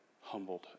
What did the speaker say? humbled